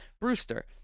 Brewster